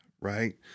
right